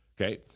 Okay